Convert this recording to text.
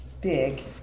big